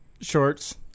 shorts